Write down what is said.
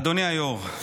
אדוני היו"ר,